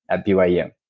at byu.